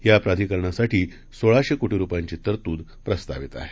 या प्राधिकरणासाठी सोळाशे कोटी रुपयाची तरतूद प्रस्तावित आहे